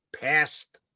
past